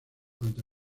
ante